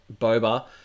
Boba